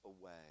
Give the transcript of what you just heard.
away